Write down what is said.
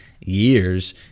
years